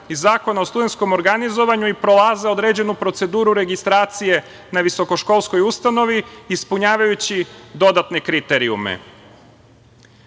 i Zakon o studentskom organizovanju i prolaze određenu proceduru registracije na visokoškolskoj ustanovi ispunjavajući dodatne kriterijume. Kao